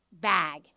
bag